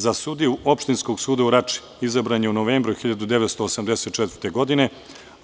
Za sudiju opštinskog suda u Rači izabrana je u novembru 1984. godine,